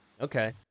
Okay